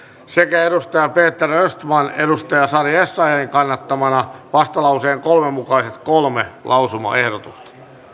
peter östman on sari essayahin kannattamana tehnyt vastalauseen kolme mukaiset kolme lausumaehdotusta